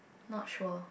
not sure